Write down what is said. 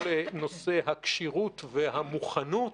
כל נושא הכשירות והמוכנות